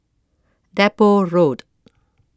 Depot Road